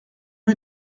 lui